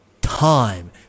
time